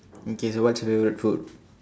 okay what's your favourite food